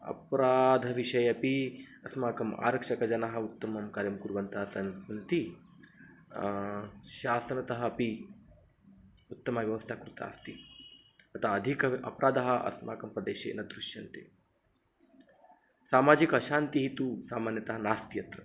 अपराधविषये अपि अस्माकम् आरक्षकजनाः उत्तमं कार्यं कुर्वन्तः सन् सन्ति शासनतः अपि उत्तमव्यवस्था कृता अस्ति अतः अधिक अपराधः अस्माकं प्रदेशे न दृश्यते सामाजिक अशान्तिः तु सामान्यतः नास्ति अत्र